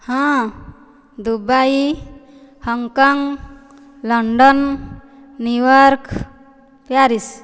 ହଁ Dubai Hong Kong London New York Paris